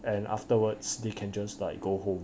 and afterwards they can just like go home